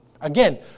Again